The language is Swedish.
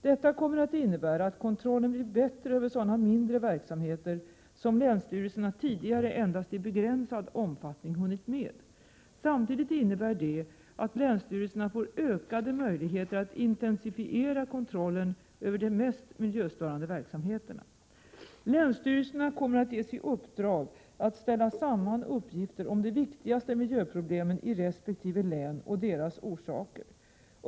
Detta kommer att innebära att kontrollen blir bättre över sådana mindre verksamheter som länsstyrelserna tidigare endast i begränsad omfattning hunnit med. Samtidigt innebär det att länsstyrelserna får ökade möjligheter att intensifiera kontrollen över de mest miljöstörande verksamheterna. Länsstyrelserna kommer att ges i uppdrag att ställa samman uppgifter om de viktigaste miljöproblemen i resp. län och deras orsaker.